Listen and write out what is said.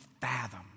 fathom